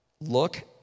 look